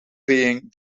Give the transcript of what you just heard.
paying